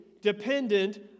dependent